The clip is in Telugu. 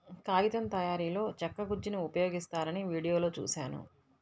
కాగితం తయారీలో చెక్క గుజ్జును ఉపయోగిస్తారని వీడియోలో చూశాను